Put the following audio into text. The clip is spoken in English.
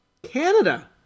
Canada